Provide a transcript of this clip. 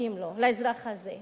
מספיקים לו, לאזרח הזה.